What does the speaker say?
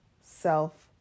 self